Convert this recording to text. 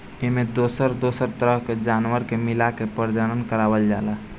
एमें दोसर दोसर तरह के जानवर के मिलाके प्रजनन करवावल जाला